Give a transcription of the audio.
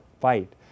fight